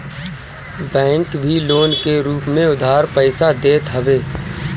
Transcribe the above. bank भी loan के रूप में उधार पईसा देत हवे